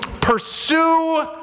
pursue